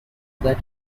that